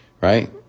right